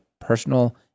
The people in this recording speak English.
personal